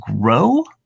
grow